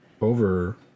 Over